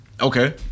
Okay